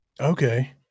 Okay